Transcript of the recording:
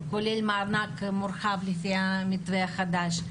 כולל מענק מורחב לפי המתווה החדש,